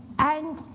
and